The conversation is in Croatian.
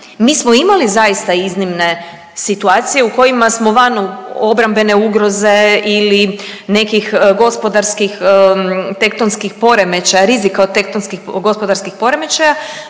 Mi smo imali zaista iznimne situacije u kojima smo van obrambene ugroze ili nekih gospodarskih tektonskih poremećaja, rizika od tektonskih gospodarskih poremećaja